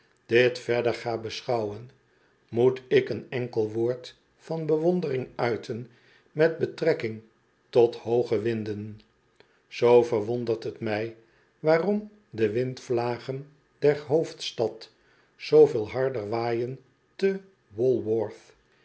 dit verder ga beschouwen moet ik een enkel woord van bewondering uiten met betrekking tot hooge winden zoo verwondert het mij waarom de windvlagen der hoofdstad zooveel harder waaien te walworth